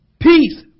Peace